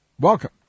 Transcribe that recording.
Welcome